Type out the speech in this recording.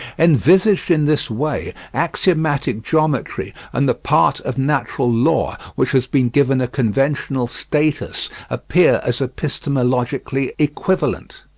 envisaged in this way, axiomatic geometry and the part of natural law which has been given a conventional status appear as epistemologically equivalent.